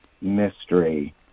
mystery